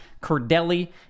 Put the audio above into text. Cordelli